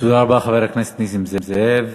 תודה רבה, חבר הכנסת נסים זאב.